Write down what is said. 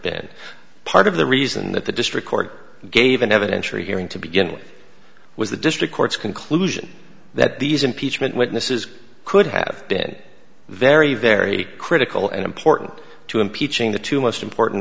been part of the reason that the district court gave an evidentiary hearing to begin with it was the district court's conclusion that these impeachment witnesses could have been very very critical and important to impeaching the two most important